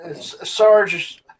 Sarge